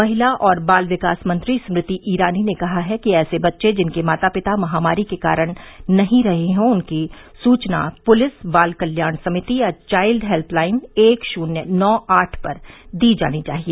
महिला और बाल विकास मंत्री स्मृति ईरानी ने कहा है कि ऐसे बच्चे जिसके माता पिता महामारी को कारण नहीं रहे हो उसकी सूचना पुलिस बालकल्याण समिति या चाइल्ड हेल्प लाइन एक शुल्य नौ आठ पर दी जानी चाहिए